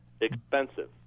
expensive